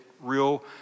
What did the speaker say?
real